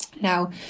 Now